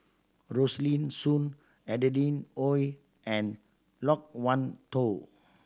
Rosaline Soon Adeline Ooi and Loke Wan Tho